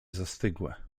zastygłe